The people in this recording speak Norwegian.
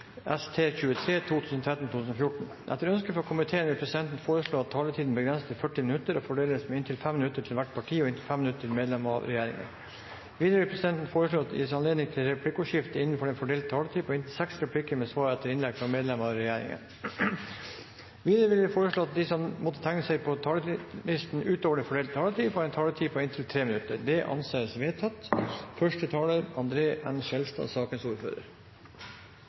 inntil 5 minutter til medlem av regjeringen. Videre vil presidenten foreslå at det gis anledning til replikkordskifte på inntil seks replikker med svar etter innlegg fra medlem av regjeringen innenfor den fordelte taletid. Videre blir det foreslått at de som måtte tegne seg på talerlisten utover den fordelte taletid, får en taletid på inntil 3 minutter. – Det anses vedtatt.